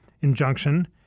injunction